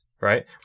right